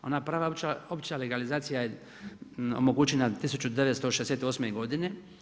Ona prava opća legalizacija je omogućena 1968. godine.